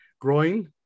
growing